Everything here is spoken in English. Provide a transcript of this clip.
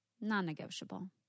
non-negotiable